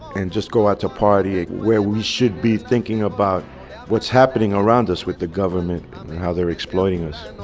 and just go out to a party ah where we should be thinking about what's happening around us with the government how they're exploiting us.